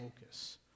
focus